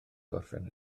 gorffen